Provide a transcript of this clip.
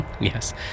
Yes